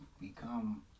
become